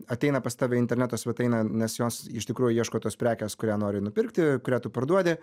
ateina pas tave į interneto svetainę nes jos iš tikrųjų ieško tos prekės kurią nori nupirkti kurią tu parduodi